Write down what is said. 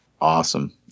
Awesome